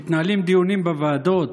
מתקיימים דיונים בוועדות,